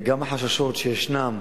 גם החששות שישנם,